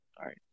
Sorry